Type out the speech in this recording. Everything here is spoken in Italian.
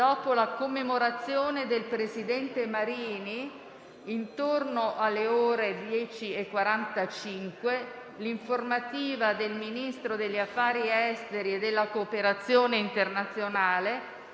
dopo la commemorazione del presidente Marini, intorno alle ore 10,45, l'informativa del Ministro degli affari esteri e della cooperazione internazionale